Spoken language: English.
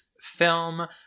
film